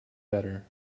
better